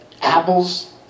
apples